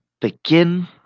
begin